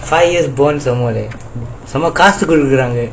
five years bond somemore leh செம்ம காசு குடுக்கராங்க:semma kaasu kudukaranga